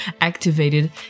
activated